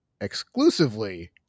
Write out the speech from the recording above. exclusively